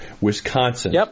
Wisconsin